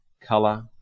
color